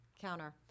counter